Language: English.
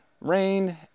rain